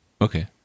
Okay